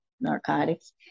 narcotics